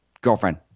girlfriend